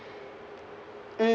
mm